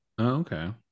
Okay